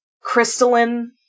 crystalline